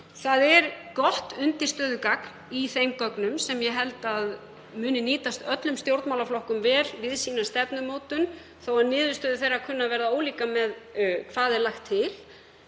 Það er gott undirstöðugagn í þeim gögnum sem ég held að muni nýtast öllum stjórnmálaflokkum vel við sína stefnumótun þótt niðurstöður þeirra kunni að verða ólíkar varðandi hvað lagt er til.